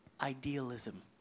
idealism